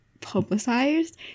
publicized